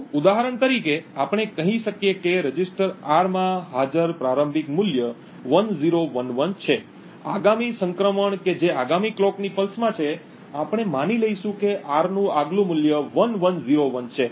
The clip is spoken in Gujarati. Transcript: તો ઉદાહરણ તરીકે આપણે કહી શકીએ કે રજિસ્ટર R માં હાજર પ્રારંભિક મૂલ્ય 1011 છે આગામી સંક્રમણ કે જે આગામી કલોકની પલ્સમાં છે આપણે માની લઈશું કે R નું આગલું મૂલ્ય 1101 છે